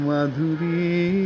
Madhuri